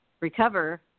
recover